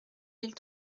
mille